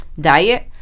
diet